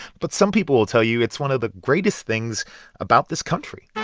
but some people will tell you it's one of the greatest things about this country